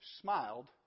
Smiled